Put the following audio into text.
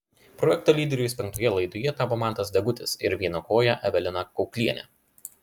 projekto lyderiais penktoje laidoje tapo mantas degutis ir vienakojė evelina kauklienė